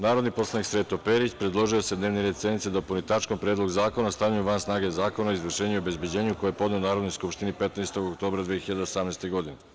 Narodni poslanik Sreto Perić predložio je da se dnevni red sednice dopuni tačkom - Predlog zakona o stavljanju van snage Zakona o izvršenju i obezbeđenju, koji je podneo Narodnoj skupštini 15. oktobra 2018. godine.